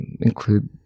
include